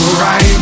right